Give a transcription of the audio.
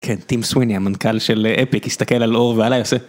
כן, טים סוויני, המנכ״ל של אפיק, הסתכל על אור ועלי ועושה...